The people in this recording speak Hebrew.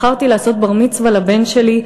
בחרתי לעשות בר-מצווה לבן שלי,